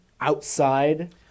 outside